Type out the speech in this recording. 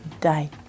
die